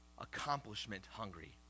accomplishment-hungry